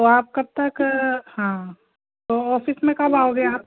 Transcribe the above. तो आप कब तक हाँ तो ऑफ़िस में कब आओगे आप